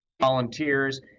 volunteers